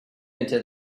into